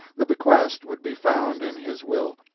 the bequest would be found in his will,